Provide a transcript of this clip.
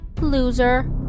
Loser